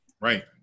Right